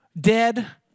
dead